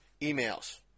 emails